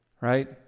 right